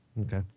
Okay